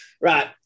right